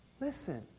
Listen